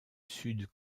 sud